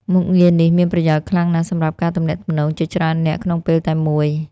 មុខងារនេះមានប្រយោជន៍ខ្លាំងណាស់សម្រាប់ការទំនាក់ទំនងជាច្រើននាក់ក្នុងពេលតែមួយ។